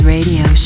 Radio